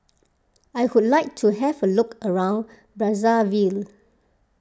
I would like to have a look around Brazzaville